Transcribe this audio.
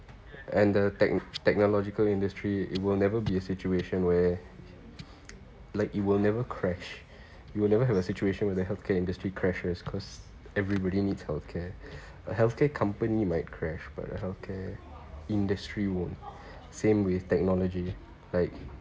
and the techno~ technological industry it will never be a situation where like it will never crash you will never have a situation where the healthcare industry crashes cause everybody needs healthcare a healthcare company might crash but the healthcare industry won't same with technology like